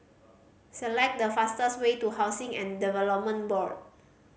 select the fastest way to Housing and Development Board